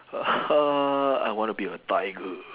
uh I wanna be a tiger